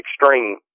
extreme